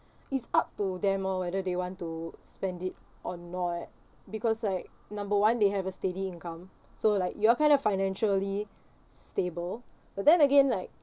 it's up to them orh whether they want to spend it or not because like number one they have a steady income so like you all kind of financially stable but then again like